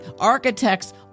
architect's